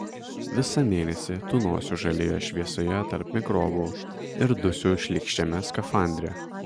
visą mėnesį tūnosiu žalioje šviesoje tarp mikrobų ir dusiu šlykščiame skafandre